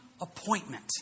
appointment